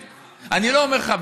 אני לא אומר לך,